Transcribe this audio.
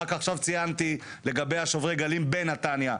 רק עכשיו ציינתי לגבי השוברי גלים בנתניה,